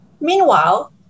Meanwhile